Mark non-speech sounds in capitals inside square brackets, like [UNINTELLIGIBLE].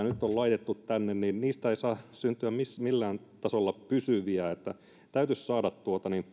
[UNINTELLIGIBLE] nyt on laitettu tänne ei saa syntyä millään tasolla pysyviä täytyisi sekä saada